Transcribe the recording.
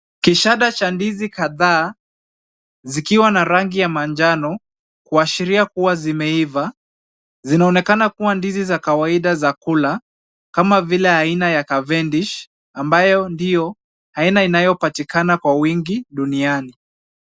Kishada cha ndizi kadhaa, zikiwa na rangi ya manjano, kuashiria kuwa zimeiva. Zinaonekana kuwa ndizi za kawaida za kula kama vile aina ya cavendish ambayo ndiyo aina inayopatikana kwa wingi duniani.